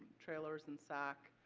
trailers and sac.